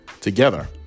together